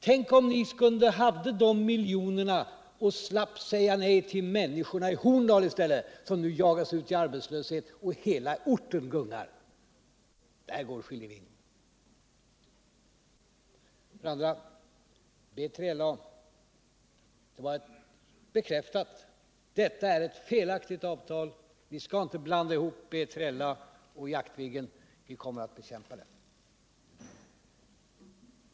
Tänk om ni hade de miljonerna och slapp säga nej till människorna i Horndal, som nu jagas ut i arbetslöshet. Hela orten gungar! Där går skiljelinjen. För det andra: B3LA. Det avtalet är felaktigt. Ni skall inte blanda ihop B3LA och Jaktviggen. Vi kommer att bekämpa det.